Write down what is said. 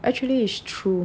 actually is true